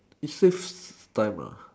is just time